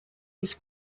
his